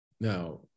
Now